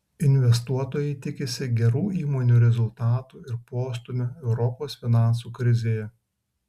investuotojai tikisi gerų įmonių rezultatų ir postūmio europos finansų krizėje